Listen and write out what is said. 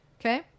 Okay